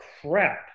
crap